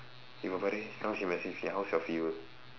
you got now she message me how's your fever